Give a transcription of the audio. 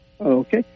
Okay